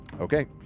Okay